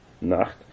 Nacht